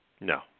No